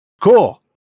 cool